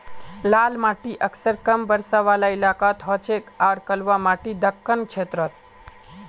लाल माटी अक्सर कम बरसा वाला इलाकात हछेक आर कलवा माटी दक्कण क्षेत्रत